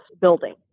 building